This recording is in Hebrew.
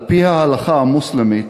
על-פי ההלכה המוסלמית,